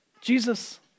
Jesus